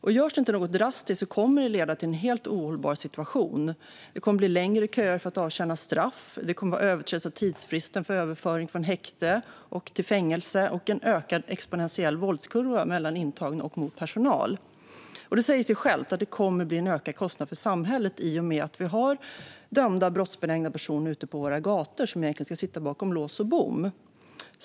Om inget drastiskt görs kommer detta att leda till en helt ohållbar situation. Det kommer att bli längre köer för att avtjäna straff. Det kommer att bli överträdelser av tidsfristen för överföring från häkte till fängelse och en ökad exponentiell våldskurva mellan intagna och mot personal. Det säger sig självt att det kommer att bli en ökad kostnad för samhället i och med att vi har dömda brottsbenägna personer ute på våra gator som egentligen ska sitta bakom lås och bom.